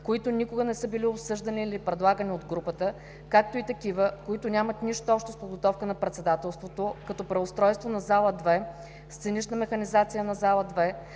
които никога не са били обсъждани или предлагани от групата, както и такива, които нямат нищо общо с подготовката на председателството, като преустройство на Зала 2, сценична механизация на Зала 2,